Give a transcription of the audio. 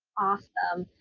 awesome.